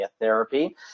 therapy